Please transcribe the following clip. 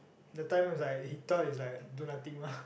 that time is like he thought is like do nothing mah